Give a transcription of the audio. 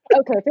Okay